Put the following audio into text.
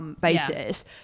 basis